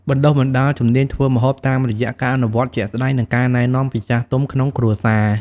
បណ្តុះបណ្តាលជំនាញធ្វើម្ហូប តាមរយៈការអនុវត្តជាក់ស្តែង និងការណែនាំពីចាស់ទុំក្នុងគ្រួសារ។